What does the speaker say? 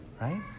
right